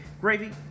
Gravy